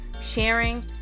sharing